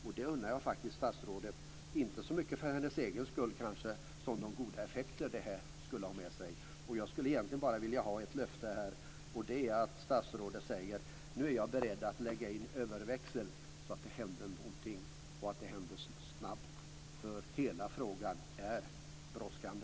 Jag unnar statsrådet att gå till historien, inte så mycket för hennes egen skull men för de goda effekter som detta skulle föra med sig. Jag skulle bara vilja ha ett löfte om att statsrådet nu är beredd att lägga in överväxeln så att det händer någonting snabbt, för frågan är brådskande.